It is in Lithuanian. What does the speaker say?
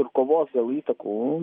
ir kovos dėl įtakų